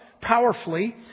powerfully